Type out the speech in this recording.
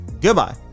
Goodbye